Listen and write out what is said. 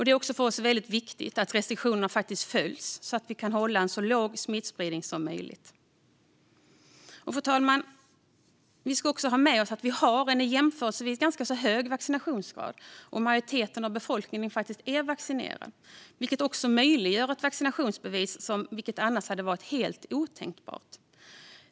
Det är viktigt att restriktionerna också följs så att smittspridningen blir så låg som möjligt. Fru talman! Vi har en jämförelsevis ganska hög vaccinationsgrad, och majoriteten av befolkningen är faktiskt vaccinerad. Detta möjliggör ett vaccinationsbevis, vilket annars hade varit helt otänkbart.